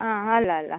ಆಂ ಅಲ್ಲ ಅಲ್ಲ